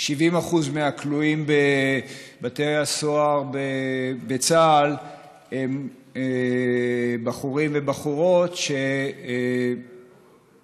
70% מהכלואים בבתי הסוהר בצה"ל הם בחורים ובחורות שסיבת